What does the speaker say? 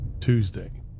Tuesday